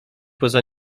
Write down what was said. poza